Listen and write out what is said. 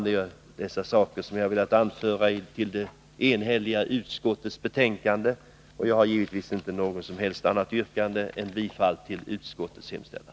Det är dessa synpunkter jag har velat anföra i anslutning till utskottets enhälliga betänkande, och jag har givetvis inget som helst annat yrkande än bifall till utskottets hemställan.